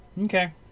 Okay